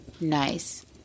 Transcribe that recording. Nice